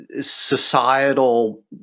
societal